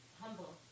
humble